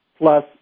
plus